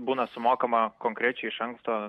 būna sumokama konkrečiai iš anksto